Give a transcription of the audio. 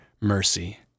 mercy